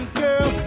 girl